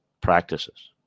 practices